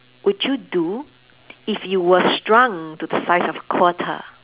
would you do if you were shrunk to the size of a quarter